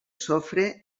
sofre